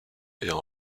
aient